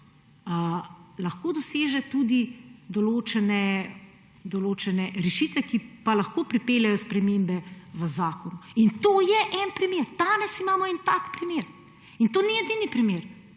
lahko doseže tudi določene rešitve, ki pa lahko pripeljejo spremembe v zakon. In to je en primer. Danes imamo en tak primer in to ni edini primer.